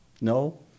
No